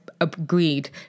agreed